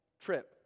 trip